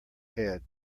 head